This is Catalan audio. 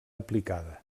aplicada